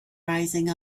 rising